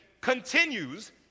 Continues